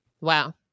Wow